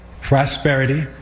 prosperity